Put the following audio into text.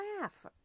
laugh